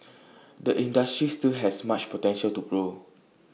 the industry still has much potential to grow